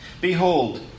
Behold